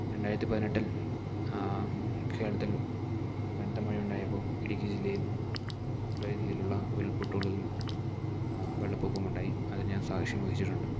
രണ്ടായിരത്തി പതിനെട്ടിൽ കേരളത്തിൽ കനത്ത മഴ ഉണ്ടായപ്പോൾ ഇടുക്കി ജില്ലയിൽ പല രീതിയിലുള്ള ഉരുൾപൊട്ടലുകളും വെള്ളപ്പൊക്കവുമുണ്ടായി അതിനു ഞാൻ സാക്ഷ്യം വഹിച്ചിട്ടുണ്ട്